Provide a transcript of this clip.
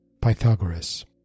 Pythagoras